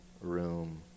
room